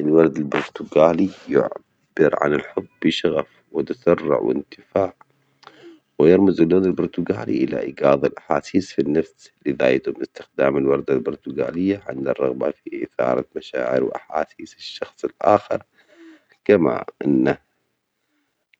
الورد البرتجالي يعبر عن الحب بشغف وتسرع واندفاع، ويرمز اللون البرتجالي إلى إيجاظ الأحاسيس في النفس، لذا يتم استخدام الوردة البرتجالية عند الرغبة في إثارة مشاعر وأحاسيس الشخص الآخر، كما أنه